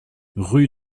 rue